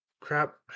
crap